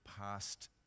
past